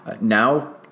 now